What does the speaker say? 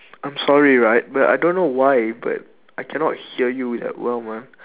I'm sorry right but I don't know why but I cannot hear you that well man